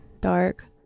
dark